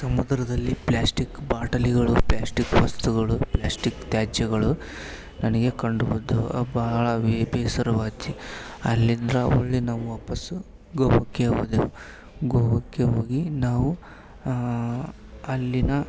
ಸಮುದ್ರದಲ್ಲಿ ಪ್ಲ್ಯಾಸ್ಟಿಕ್ ಬಾಟಲಿಗಳು ಪ್ಲ್ಯಾಸ್ಟಿಕ್ ವಸ್ತುಗಳು ಪ್ಲ್ಯಾಸ್ಟಿಕ್ ತ್ಯಾಜ್ಯಗಳು ನನಗೆ ಕಂಡು ಬಂದವು ಬಹಳವೆ ಬೇಸರವಾಗಿ ಅಲ್ಲಿಂದ್ರ ಹೊಳ್ಳಿ ನಾವು ವಾಪಸ್ಸು ಗೋವಕ್ಕೆ ಹೋದೆವು ಗೋವಕ್ಕೆ ಹೋಗಿ ನಾವು ಅಲ್ಲಿನ